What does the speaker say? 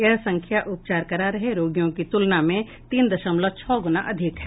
यह संख्या उपचार करा रहे रोगियों की तुलना में तीन दशमलव छह गुना अधिक है